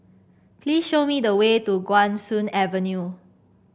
please show me the way to Guan Soon Avenue